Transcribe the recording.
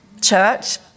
church